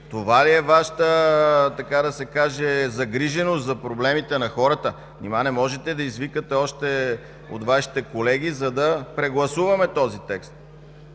Това ли е Вашата загриженост за проблемите на хората? Нима не можете да извикате още от Вашите колеги, за да прегласуваме този текст?